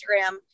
Instagram